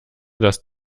dass